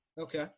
Okay